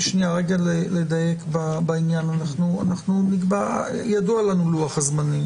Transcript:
כן, הצעה לעבירת